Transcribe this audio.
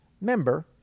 member